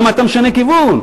למה אתה משנה כיוון?